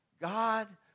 God